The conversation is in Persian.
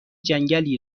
جنگلی